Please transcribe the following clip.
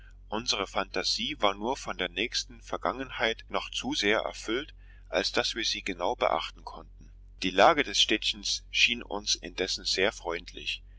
unsere phantasie war nur von der nächsten vergangenheit noch zu sehr erfüllt als daß wir sie genau beachten konnten die lage des städtchens schien uns indessen sehr freundlich